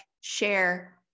share